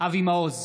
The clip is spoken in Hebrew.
אבי מעוז,